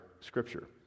Scripture